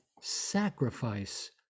sacrifice